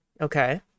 Okay